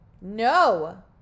no